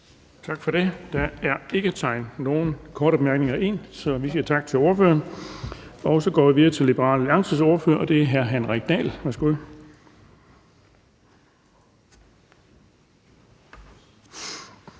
Tak for det. Der er ikke indtegnet nogen til korte bemærkninger, så vi siger tak til ordføreren. Vi går videre til Liberal Alliances ordfører, og det er hr. Henrik Dahl. Værsgo.